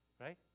right